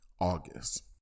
August